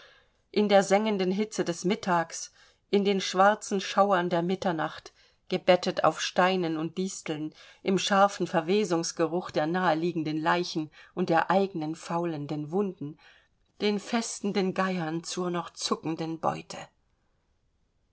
in der sengenden hitze des mittags in den schwarzen schauern der mitternacht gebettet auf steinen und disteln im scharfen verwesungsgeruch der naheliegenden leichen und der eigenen faulenden wunden den festenden geiern zur noch zuckenden beute